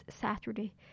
Saturday